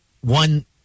one